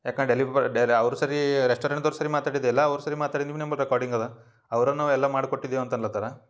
ಯಾಕ ಡೆಲಿವರ್ ಡೇರೆ ಅವರು ಸರಿ ರೆಸ್ಟೋರೆಂಟ್ದವ್ರ ಸರಿ ಮಾತಾಡಿದ್ದೆ ಅಲ್ಲ ಅವ್ರ ಸರಿ ಮಾತಾಡಿ ನಿಮ್ಮ ನಂಬರ್ ರೆಕಾರ್ಡಿಂಗ್ ಅದ ಅವ್ರ ನಾವು ಎಲ್ಲ ಮಾಡ್ಕೊಟ್ಟಿದೇವೆ ಅಂತ ಅನ್ಲತರ